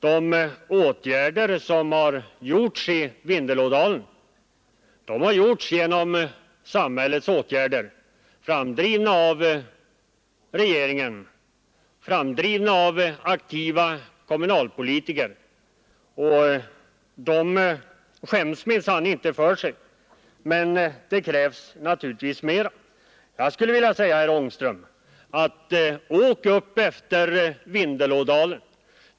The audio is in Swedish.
De åtgärder som har vidtagits i Vindelådalen har kommit till stånd genom samhällets försorg och har drivits fram av regeringen, riksdagsmän, fackföreningsmän och aktiva kommunalpolitiker. Och de skäms minsann inte för sig. Åk upp utefter Vindelådalen, herr Ångström!